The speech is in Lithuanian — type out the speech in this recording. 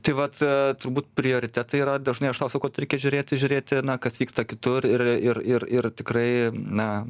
tai vat turbūt prioritetai yra dažnai aš sau sakau tai reikia žiūrėti žiūrėti na kas vyksta kitur ir ir ir ir tikrai na